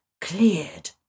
cleared